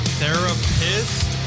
therapist